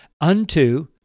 unto